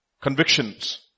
Convictions